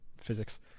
physics